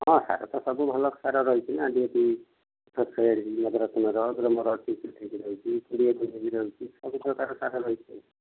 ହଁ ସାର ତ ସବୁ ଭଲ ସାର ରହିଛି ନା ନବରତ୍ନ ବି ରହିଛି ପିଡ଼ିଆ ବି ରହିଛି ସବୁପ୍ରକାର ସାର ରହିଛି